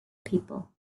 people